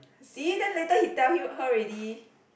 see then later he tell you her already